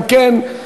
אם כן,